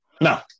No